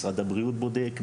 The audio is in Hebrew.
משרד הבריאות בודק.